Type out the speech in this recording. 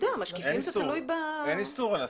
משקיפים זה תלוי ב --- אין איסור.